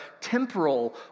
temporal